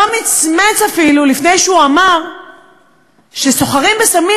ולא מצמץ אפילו לפני שהוא אמר שסוחרי סמים